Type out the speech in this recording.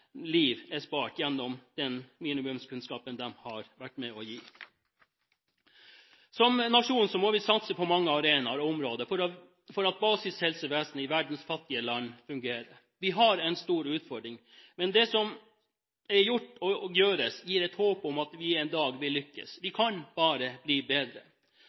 liv er spart gjennom den minimumskunnskapen de har vært med på å gi. Som nasjon må vi satse på mange arenaer og mange områder for at det grunnleggende helsevesenet i verdens fattige land skal kunne fungere. Vi har en stor utfordring, men det som er gjort, og det som gjøres, gir et håp om at vi en dag vil lykkes. Vi kan bare bli bedre.